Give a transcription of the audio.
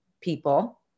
people